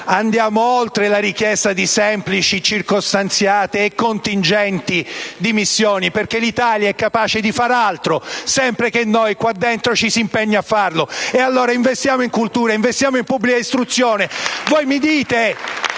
andiamo oltre la richiesta di semplici, circostanziate e contingenti dimissioni, perché l'Italia è capace di far altro, sempre che noi qua dentro ci si impegni a farlo. E allora investiamo in cultura, investiamo in pubblica istruzione! *(Applausi